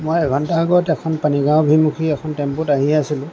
মই এঘণ্টা আগত এখন পানীগাঁও অভিমুখী এখন টেম্পুত আহি আছিলোঁ